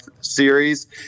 series